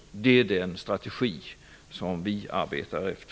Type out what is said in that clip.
Det är den strategi som vi arbetar efter.